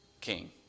king